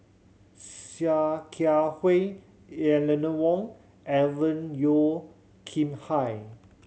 Sia Kia Hui Eleanor Wong Alvin Yeo Khirn Hai